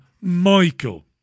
Michael